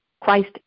Christ